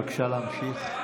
בבקשה, להמשיך.